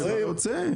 לא, זה יוצא.